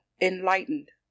enlightened